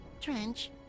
trench